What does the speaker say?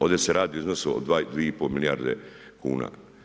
Ovdje se radi o iznosu od 2,5 milijarde kuna.